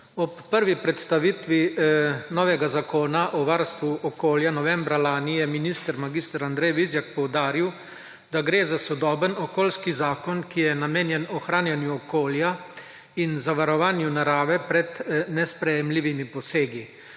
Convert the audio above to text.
Ob prvi predstavitvi novega zakona o varstvu okolja novembra lani je minister mag. Andrej Vizjak poudaril, da gre za sodoben okoljski zakon, ki je namenjen ohranjanju okolja in zavarovanju narave pred nesprejemljivimi posegi.